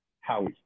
Howie